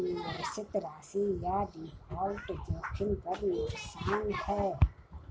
निवेशित राशि या डिफ़ॉल्ट जोखिम पर नुकसान है